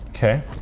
Okay